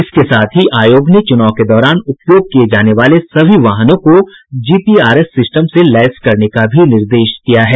इसके साथ ही आयोग ने चुनाव के दौरान उपयोग किये जाने वाले सभी वाहनों को जीपीआरएस सिस्टम से लैस करने का भी निर्देश दिया है